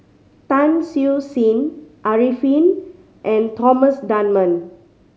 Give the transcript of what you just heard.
Tan Siew Sin Arifin and Thomas Dunman